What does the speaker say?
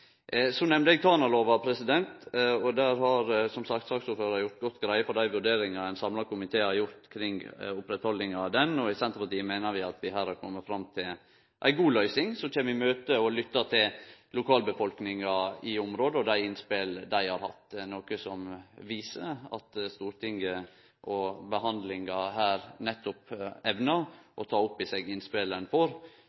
Så nemnde eg Tanalova. Saksordføraren har som sagt gjort godt greie for dei vurderingane ein samla komité har gjort for å oppretthalde denne lova, og i Senterpartiet meiner vi at ein her har komme fram til ei god løysing, ved at ein har komme lokalbefolkninga i området i møte og har lytta til dei innspela dei har hatt, noko som viser at Stortinget og behandlinga her nettopp